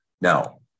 Now